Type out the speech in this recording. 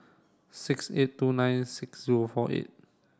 six eight two nine six zero four eight